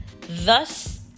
thus